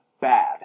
bad